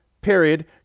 period